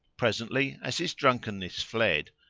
presently, as his drunkenness fled,